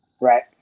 Right